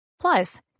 Plus